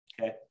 okay